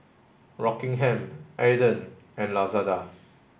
Rockingham Aden and Lazada